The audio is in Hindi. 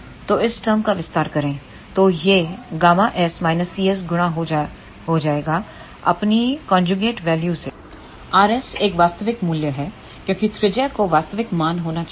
तो इस टर्र्म का विस्तार करें तो यह Γs cs गुणा हो जाए गा अपनी कन्ज्यूगेट वैल्यू से r s एक वास्तविक मूल्य है क्योंकि त्रिज्या को वास्तविक मान होना चाहिए